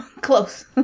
Close